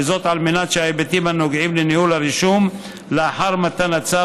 וזאת על מנת שההיבטים הנוגעים לניהול הרישום לאחר מתן הצו